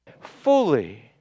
Fully